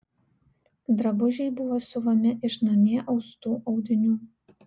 drabužiai buvo siuvami iš namie austų audinių